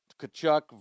Kachuk